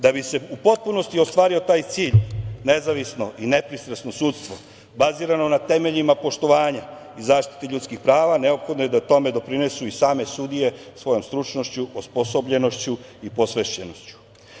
Da bi se u potpunosti ostvario taj cilj, nezavisno i nepristrasno sudstvo bazirano na temeljima poštovanja i zaštite ljudskih prava, neophodno je da tome doprinesu i same sudije svojom stručnošću, osposobljenošću i posvećenošću.